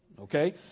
Okay